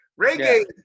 reggae